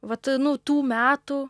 vat nu tų metų